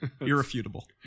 irrefutable